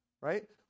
Right